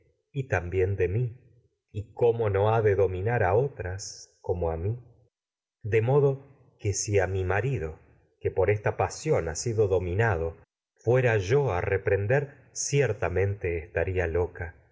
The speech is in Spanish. también a de mi y cómo no ha de dominar otras como mí de modo que si a mi marido yo a que por esta pasión ha sido domi nado ni fuera reprender ciertamente que no es estaría loca